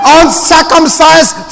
uncircumcised